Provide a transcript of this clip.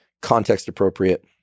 context-appropriate